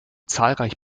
zahlreich